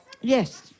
Yes